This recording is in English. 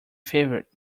favorite